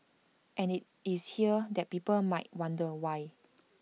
and IT is here that people might wonder why